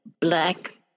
black